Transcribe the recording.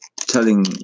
telling